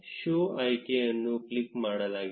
show ಆಯ್ಕೆಯನ್ನು click ಮಾಡಲಾಗಿದೆ